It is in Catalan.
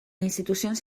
institucions